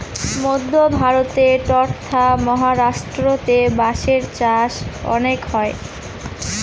মধ্য ভারতে ট্বতথা মহারাষ্ট্রেতে বাঁশের চাষ অনেক হয়